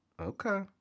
okay